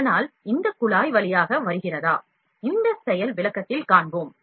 அதனால் இந்த குழாய் வழியாக வருகிறதா என்று இந்த செயல் விளக்கத்தில் காண்பிப்போம்